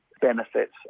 benefits